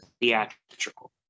theatrical